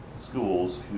schools